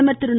பிரதமர் திரு